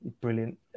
brilliant